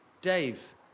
Dave